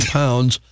pounds